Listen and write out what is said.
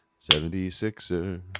76ers